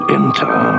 enter